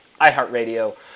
iHeartRadio